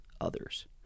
others